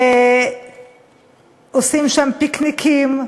ועושים שם פיקניקים,